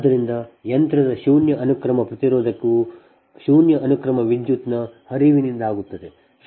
ಆದ್ದರಿಂದ ಯಂತ್ರದ ಶೂನ್ಯ ಅನುಕ್ರಮ ಪ್ರತಿರೋಧವು ಶೂನ್ಯ ಅನುಕ್ರಮ ವಿದ್ಯುತ್ನ ಹರಿವಿನಿಂದಾಗಿರುತ್ತದೆ